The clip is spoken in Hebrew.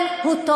נא לסיים, גברתי.